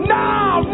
now